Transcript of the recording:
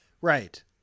right